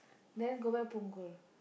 then go back Punggol